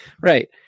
Right